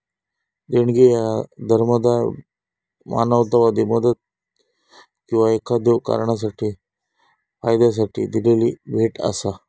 देणगी ह्या धर्मादाय, मानवतावादी मदत किंवा एखाद्यो कारणासाठी फायद्यासाठी दिलेली भेट असा